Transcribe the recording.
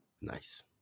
Nice